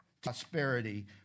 prosperity